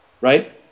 right